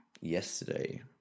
yesterday